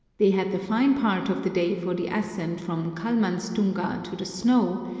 they had the fine part of the day for the ascent from kalmanstiinga to the snow,